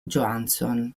johansson